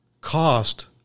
cost